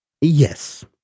Yes